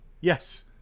yes